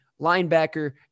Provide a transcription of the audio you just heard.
linebacker